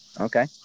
Okay